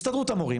הסתדרות המורים,